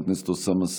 חבר הכנסת אוסאמה סעדי,